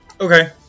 Okay